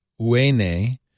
Uene